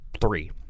three